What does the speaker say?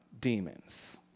demons